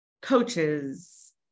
coaches